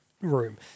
room